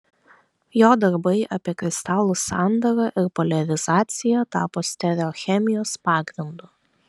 jo darbai apie kristalų sandarą ir poliarizaciją tapo stereochemijos pagrindu